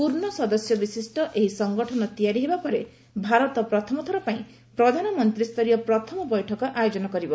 ପୂର୍ଣ୍ଣ ସଦସ୍ୟ ବିଶିଷ୍ଟ ଏହି ସଂଗଠନ ତିଆରି ହେବା ପରେ ଭାରତ ପ୍ରଥମଥର ପାଇଁ ପ୍ରଧାନମନ୍ତ୍ରୀୟ ପ୍ରଥମ ବୈଠକ ଆୟୋଜନ କରିବ